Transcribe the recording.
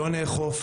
לא נאכוף,